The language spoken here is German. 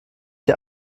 ihr